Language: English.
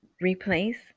replace